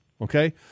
okay